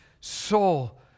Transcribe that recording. soul